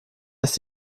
ist